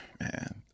man